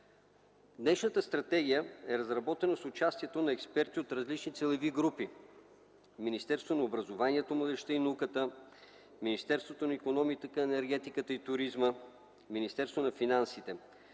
Днешната стратегия е разработена с участието на експерти от различни целеви групи – Министерството на образованието, младежта и науката, Министерството на икономиката, енергетиката и туризма, Министерството на финансите,